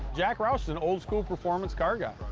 jack roush is an old-school performance car guy.